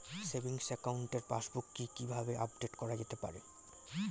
Savings একাউন্টের passbook কি কিভাবে আপডেট করা যেতে পারে?